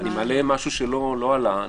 אני מעלה משהו שלא עלה,